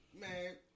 Man